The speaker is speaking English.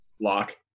lock